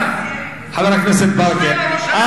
הממשלה, גובה הרצפה.